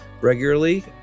regularly